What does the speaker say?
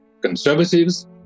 conservatives